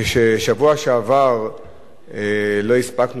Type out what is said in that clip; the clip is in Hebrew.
כאשר בשבוע שעבר לא הספקנו,